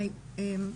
היי,